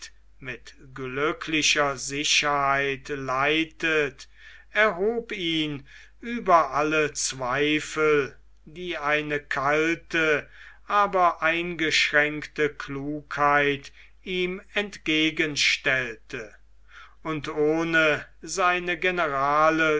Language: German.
mit glücklicher sicherheit leitet erhob ihn über alle zweifel die eine kalte aber eingeschränkte klugheit ihm entgegenstellte und ohne seine generale